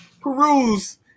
peruse